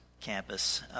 campus